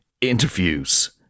interviews